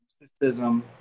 mysticism